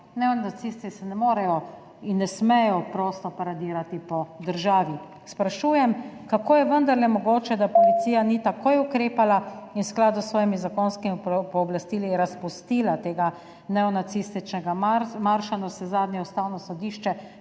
neonacisti ne morejo in ne smejo prosto paradirati po državi. Sprašujem: Kako je vendarle mogoče, da policija ni takoj ukrepala in v skladu s svojimi zakonskimi pooblastili razpustila ta neonacistični marš? Navsezadnje je Ustavno sodišče